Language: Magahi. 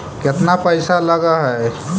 केतना पैसा लगय है?